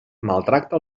maltracta